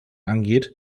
angeht